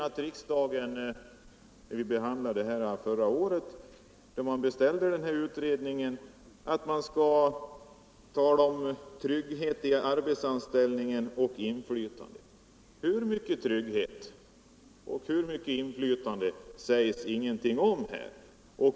När vi behandlade denna fråga förra året och beställde utredningen talades det visserligen om trygghet i arbetsanställningen och inflytande. Hur mycket trygghet och hur mycket inflytande sades det ingenting om.